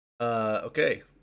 okay